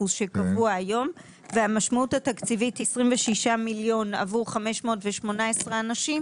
שקבוע היום והמשמעות התקציבית היא 26 מיליון עבור 518 אנשים